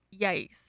Yikes